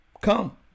Come